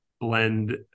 blend